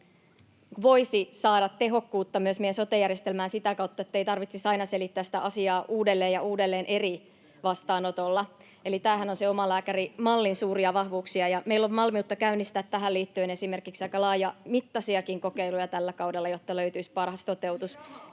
voisi saada tehokkuutta meidän sote-järjestelmään sitä kautta, ettei tarvitsisi aina selittää sitä asiaa uudelleen ja uudelleen eri vastaanotolla. Eli tämähän on sen omalääkärimallin suuria vahvuuksia. Meillä on valmiutta käynnistää tähän liittyen esimerkiksi aika laajamittaisiakin kokeiluja tällä kaudella, jotta löytyisi paras toteutus.